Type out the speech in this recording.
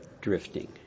drifting